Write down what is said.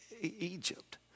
Egypt